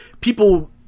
people